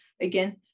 again